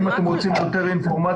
אם אתם רוצים יותר אינפורמציה,